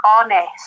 honest